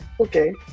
Okay